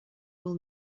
will